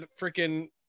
freaking